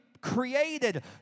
created